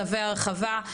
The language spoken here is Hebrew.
צווי הרחבה,